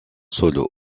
solo